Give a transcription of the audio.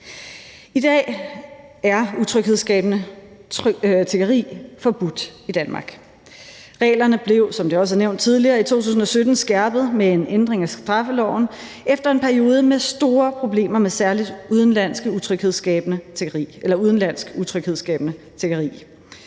I dag er utryghedsskabende tiggeri forbudt i Danmark. Reglerne blev, som det også er nævnt tidligere, skærpet i 2017 med en ændring af straffeloven efter en periode med store problemer med særlig udenlandsk utryghedsskabende tiggeri.